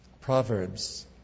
Proverbs